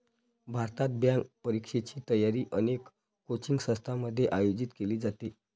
भारतात, बँक परीक्षेची तयारी अनेक कोचिंग संस्थांमध्ये आयोजित केली जाते